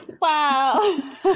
wow